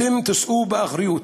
אתם תישאו באחריות.